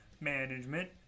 management